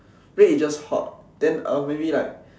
red is just hot than maybe like